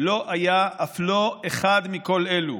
לא היה אף לא אחד מכל אלו: